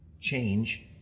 Change